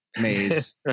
Maze